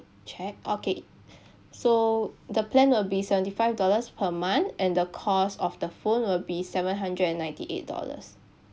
check okay so the plan will be seventy five dollars per month and the cost of the phone will be seven hundred and ninety eight dollars